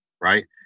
right